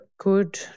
Good